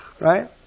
right